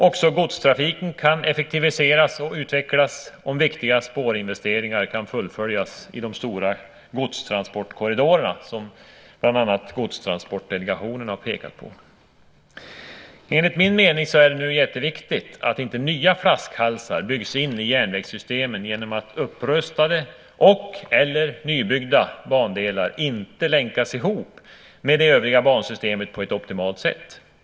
Också godstrafiken kan effektiviseras och utvecklas om viktiga spårinvesteringar kan fullföljas i de stora godstransportkorridorerna, som bland annat Godstransportdelegationen har pekat på. Enligt min mening är det nu jätteviktigt att inte nya flaskhalsar byggs in i järnvägssystemen genom att upprustade eller nybyggda bandelar inte länkas ihop med det övriga bansystemet på ett optimalt sätt.